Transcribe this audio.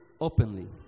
openly